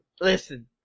Listen